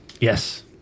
Yes